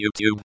YouTube